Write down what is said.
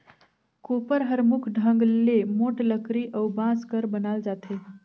कोपर हर मुख ढंग ले मोट लकरी अउ बांस कर बनाल जाथे